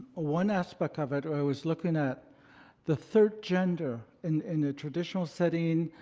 one aspect of it, i was looking at the third gender and in a traditional setting.